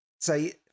say